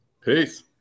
Peace